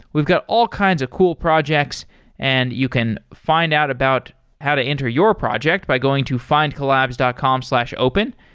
we've got all kinds of cool projects and you can find out about how to enter your project by going to findcollabs dot com slash open.